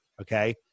okay